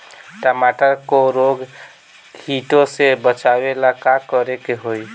टमाटर को रोग कीटो से बचावेला का करेके होई?